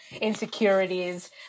insecurities